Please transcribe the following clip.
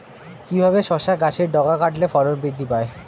কিভাবে শসা গাছের ডগা কাটলে ফলন বৃদ্ধি পায়?